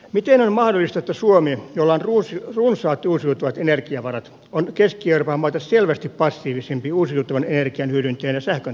miten on mahdollista että suomi jolla on runsaat uusiutuvat energiavarat on keski euroopan maita selvästi passiivisempi uusiutuvan energian hyödyntäjänä sähköntuotannossa